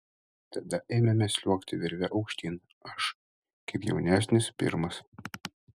tada ėmėme sliuogti virve aukštyn aš kaip jaunesnis pirmas